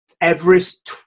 Everest